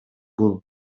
бул